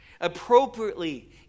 Appropriately